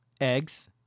Eggs